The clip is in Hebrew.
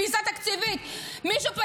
ביזה תקציבית,